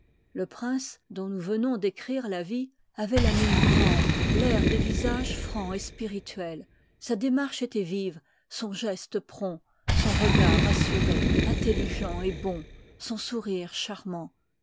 le prince dont nous venons d'écrire là vîèj âvoit la mine hrave l'air de rasage franc et spirituel sa démarche étoit vive son geste prompt son regard assuré intelligent et bon son sourire charmant